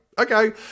Okay